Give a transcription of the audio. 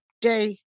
day